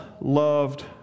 loved